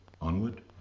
onward